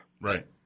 right